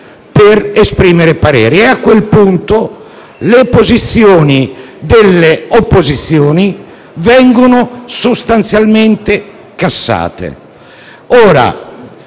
per esprimere pareri. A quel punto le posizioni delle opposizioni vengono sostanzialmente cassate.